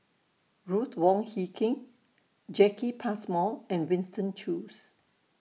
Ruth Wong Hie King Jacki Passmore and Winston Choos